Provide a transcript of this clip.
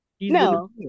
No